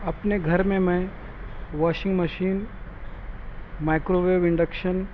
اپنے گھر میں میں washing machine microwave induction